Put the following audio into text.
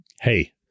hey